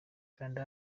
kanda